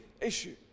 issue